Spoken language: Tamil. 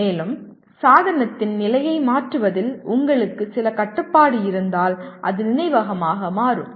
மேலும் சாதனத்தின் நிலையை மாற்றுவதில் உங்களுக்கு சில கட்டுப்பாடு இருந்தால் அது நினைவகமாக மாறும்